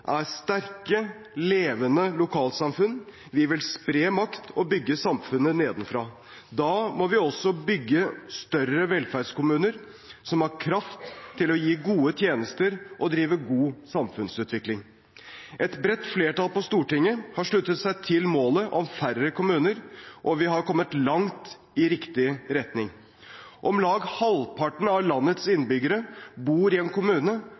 er sterke, levende lokalsamfunn. Vi vil spre makt og bygge samfunnet nedenfra. Da må vi også bygge større velferdskommuner som har kraft til å gi gode tjenester og drive god samfunnsutvikling. Et bredt flertall på Stortinget har sluttet seg til målet om færre kommuner, og vi har kommet langt i riktig retning. Om lag halvparten av landets innbyggere bor i en kommune